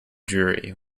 dreary